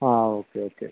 ആ okay okay